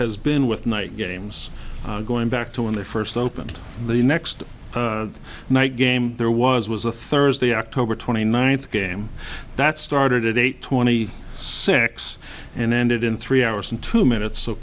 has been with night games going back to when they first opened the next night game there was was a thursday october twenty ninth game that started at eight twenty six and ended in three hours in two minutes so